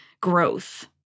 growth